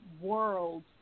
world